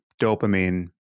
dopamine